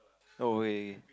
oh okay